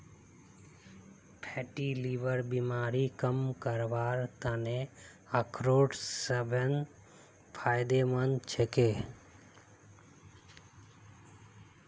fatty लीवरेर बीमारी कम करवार त न अखरोट सबस फायदेमंद छेक